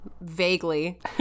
vaguely